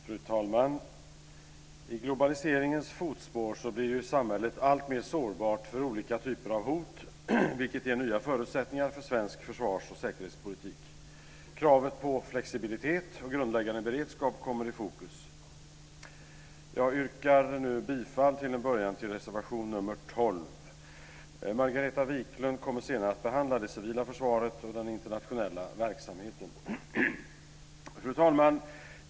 Fru talman! I globaliseringens fotspår blir samhället alltmer sårbart för olika typer av hot, vilket ger nya förutsättningar för svensk försvars och säkerhetspolitik. Kravet på flexibilitet och grundläggande beredskap kommer i fokus. Jag yrkar till att börja med bifall till reservation nr 12. Margareta Viklund kommer senare att behandla det civila försvaret och den internationella verksamheten. Fru talman!